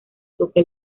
toque